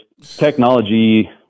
technology